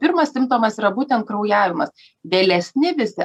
pirmas simptomas yra būtent kraujavimas vėlesni visi